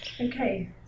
Okay